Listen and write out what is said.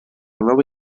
nova